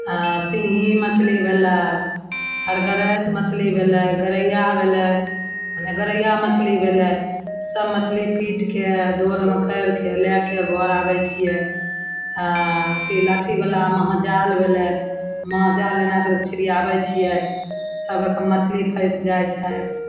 आओर सिङ्घी मछली भेलय हरगढ़ैत मछली भेलय गरैया भेलय मने गरैया मछली भेलय सब मछली पीटके दोलमे करिके लएके घर आबय छियै आओर अथी लाठीवला महाजाल भेलय महाजाल जेना छिरियाबय छियै सबके मछली फँसि जाइ छै